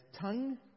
tongue